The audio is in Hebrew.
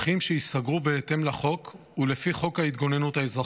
שייסגרו בהתאם לחוק ולפי חוק ההתגוננות האזרחית.